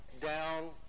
down